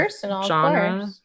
genre